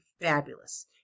fabulous